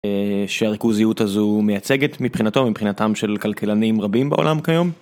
שהריכוזיות הזו מייצגת מבחינתו מבחינתם של כלכלנים רבים בעולם כיום.